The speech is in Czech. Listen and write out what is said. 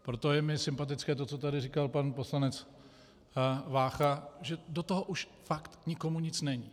Proto je mi sympatické to, co tady říkal pan poslanec Vácha, že do toho už fakt nikomu nic není.